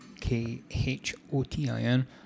k-h-o-t-i-n